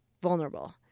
vulnerable